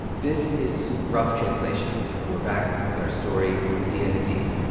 this is rough translation, and we're back with our story from diaa hadid.